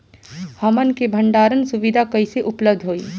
हमन के भंडारण सुविधा कइसे उपलब्ध होई?